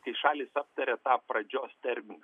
kai šalys aptaria tą pradžios terminą